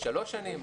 לשלוש שנים,